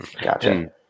Gotcha